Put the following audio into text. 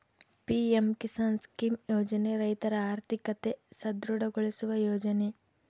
PM Kisan scheme ಯೋಜನೆ ರೈತರ ಆರ್ಥಿಕತೆ ಸದೃಢ ಗೊಳಿಸುವ ಯೋಜನೆ